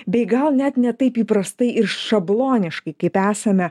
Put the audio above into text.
bei gal net ne taip įprastai ir šabloniškai kaip esame